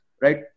Right